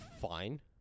fine